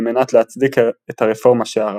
על מנת להצדיק את הרפורמה שערך.